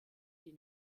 die